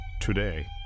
Today